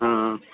हा